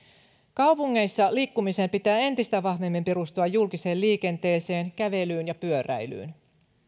kaupungeissa liikkumisen pitää entistä vahvemmin perustua julkiseen liikenteeseen kävelyyn ja pyöräilyyn